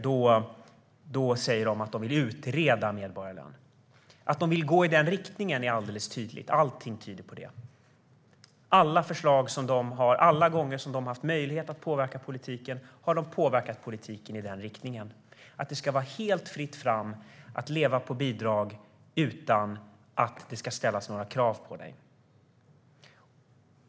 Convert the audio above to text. De säger nu att de vill utreda medborgarlön. Att de vill gå i den riktningen är alldeles tydligt. Allting tyder på det. Alla gånger som de haft möjlighet att påverka politiken har de påverkat den i den riktningen att det ska vara helt fritt fram att leva på bidrag utan att det ska ställas krav.